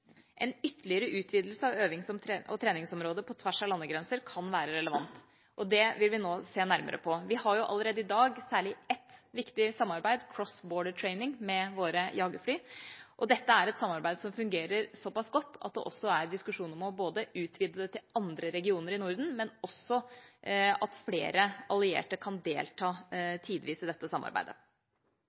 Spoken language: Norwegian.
En ytterligere utvidelse av øvings- og treningsområdet på tvers av landegrenser kan være relevant, og det vil vi nå se nærmere på. Vi har jo allerede i dag særlig ett viktig samarbeid, Cross Border Training, med våre jagerfly. Dette er et samarbeid som fungerer såpass godt at det også er diskusjon om å utvide det til andre regioner i Norden, og at flere allierte kan delta tidvis i dette samarbeidet.